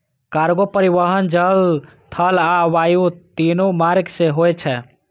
cargo परिवहन जल, थल आ वायु, तीनू मार्ग सं होय छै